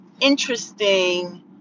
interesting